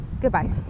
goodbye